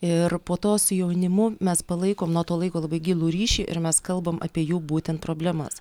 ir po to su jaunimu mes palaikom nuo to laiko labai gilų ryšį ir mes kalbam apie jų būtent problemas